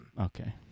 Okay